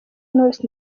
knowless